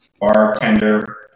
bartender